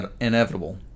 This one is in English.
inevitable